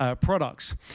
products